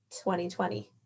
2020